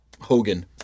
Hogan